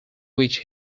which